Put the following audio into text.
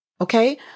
Okay